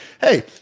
hey